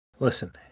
Listen